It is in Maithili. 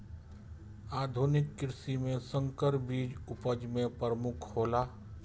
आधुनिक कृषि में संकर बीज उपज में प्रमुख हौला